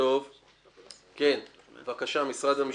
משרד המשפטים.